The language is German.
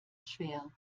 schwer